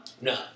No